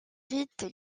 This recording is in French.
rite